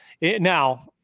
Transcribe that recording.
now